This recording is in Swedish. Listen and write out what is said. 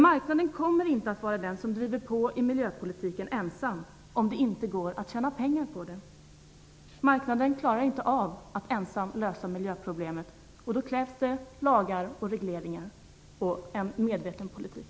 Marknaden kommer inte att vara den som driver på i miljöpolitiken ensam, om det inte går att tjäna pengar på det. Marknaden klarar inte av att ensam lösa miljöproblemen. Då krävs det lagar och regleringar samt en medveten politik.